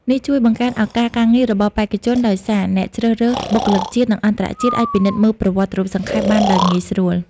នេះជួយបង្កើនឱកាសការងាររបស់បេក្ខជន ដោយសារអ្នកជ្រើសរើសបុគ្គលិកជាតិ និងអន្តរជាតិអាចពិនិត្យមើលប្រវត្តិរូបសង្ខេប បានដោយងាយស្រួល។